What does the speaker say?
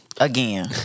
Again